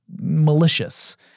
malicious